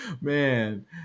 Man